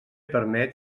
permet